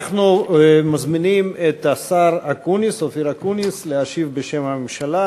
אנחנו מזמינים את השר אופיר אקוניס להשיב בשם הממשלה.